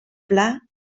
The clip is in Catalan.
pla